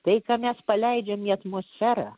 tai ką mes paleidžiam atmosferą